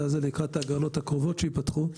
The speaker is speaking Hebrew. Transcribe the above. הזה לקראת ההגרלות הקרובות שייפתחו.